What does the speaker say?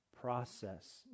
process